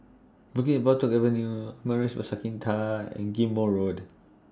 Bukit Batok Avenue Amaris By Santika and Ghim Moh Road